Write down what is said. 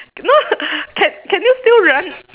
no ca~ can you still run